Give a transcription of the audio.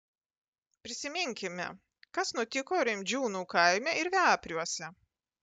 prisiminkime kas nutiko rimdžiūnų kaime ir vepriuose